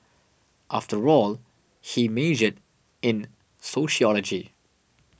after all he majored in sociology